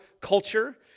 culture